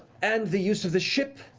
and the use of the ship.